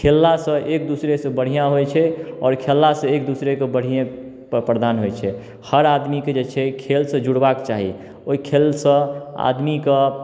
खेललासँ एक दूसरेसँ बढ़िआँ होइत छै आओर खेललासँ एक दूसरेके बढ़िए प्रदान होइत छै हर आदमीके जे छै खेलसँ जुड़बाक चाही ओहि खेलसँ आदमी कऽ